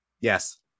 yes